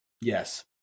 Yes